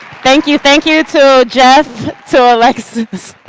thank you, thank you to jeff. to alexis.